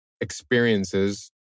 experiences